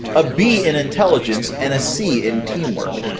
a b in intelligence, and a c in teamwork!